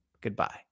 goodbye